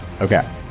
Okay